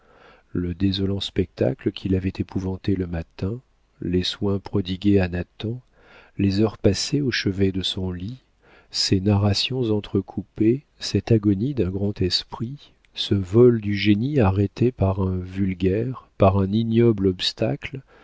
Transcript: le désolant spectacle qui l'avait épouvantée le matin les soins prodigués à nathan les heures passées au chevet de son lit ces narrations entrecoupées cette agonie d'un grand esprit ce vol du génie arrêté par un vulgaire par un ignoble obstacle